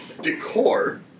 decor